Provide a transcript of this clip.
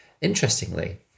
Interestingly